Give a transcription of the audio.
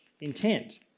intent